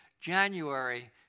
January